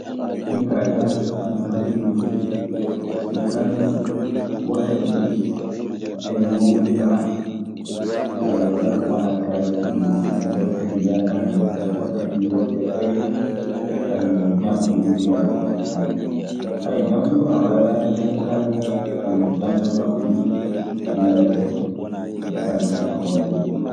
Min kaa janso ɓuranikan huunde fuu. Sabi kaalisi, wakkati mawluudu maaɗa ayiwa wanaa kaalisi woni ɓuri non, wakkati weltaare non. So wakkati yewtere warii fuu, janso ɓuri welde. janso ɗuu ana waawi laataade hay kaalisi. Ndeen non janso kaa ɓuri illa e kaalisi e hoore muuɗun.